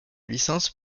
licence